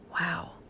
wow